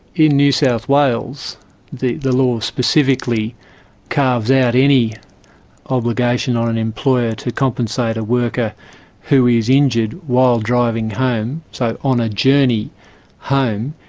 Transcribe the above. in new south wales the the law specifically carves out any obligation on an employer to compensate a worker who is injured while driving home, so on a journey home,